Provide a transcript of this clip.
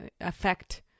affect